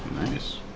Nice